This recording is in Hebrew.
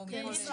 חריגים.